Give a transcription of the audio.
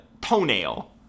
toenail